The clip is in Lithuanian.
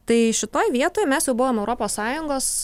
tai šitoj vietoj mes jau buvom europos sąjungos